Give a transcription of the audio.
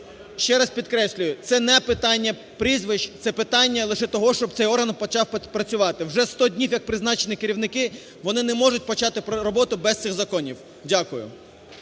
ще раз підкреслюю, це не питання прізвищ, це питання лише того, щоб цей орган почав працювати. Вже 100 днів як призначені керівники, вони не можуть почати роботу без цих законів. Дякую.